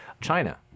China